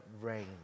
rain